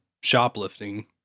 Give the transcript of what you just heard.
shoplifting